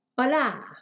Hola